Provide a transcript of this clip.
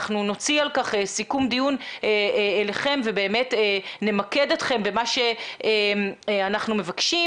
אנחנו נוציא על כך סיכום דיון אליכם ובאמת נמקד אתכם במה שאנחנו מבקשים,